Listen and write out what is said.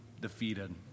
defeated